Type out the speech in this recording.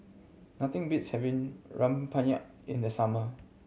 nothing beats having rempeyek in the summer